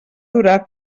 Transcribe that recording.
durar